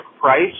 price